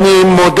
אני חושב